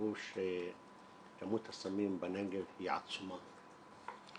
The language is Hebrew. והוא שכמות הסמים בנגב היא עצומה.